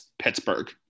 Pittsburgh